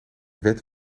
wet